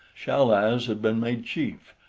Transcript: chal-az had been made chief,